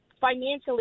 financially